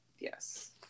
yes